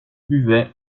buvait